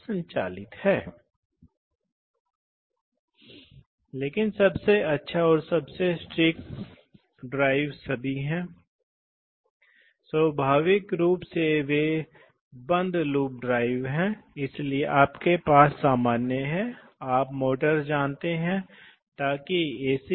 विशिष्ट pneumatic motors के लिए विशिष्ट प्रकार की टोक़ गति विशेषताओं को जानते हैं इसलिए शुरू में टोक़ कम है क्योंकि आप जानते हैं कि उपलब्ध घर्षण कम है क्योंकि स्थैतिक घर्षण अधिक है और फिर किसी समय यह स्थिर घर्षण के रूप में है